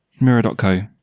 Mirror.co